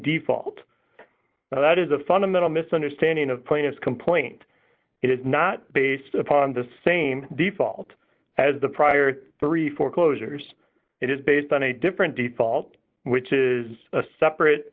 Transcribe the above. default that is a fundamental misunderstanding of plaintiffs complaint it is not based upon the same default as the prior three foreclosures it is based on a different date fault which is a separate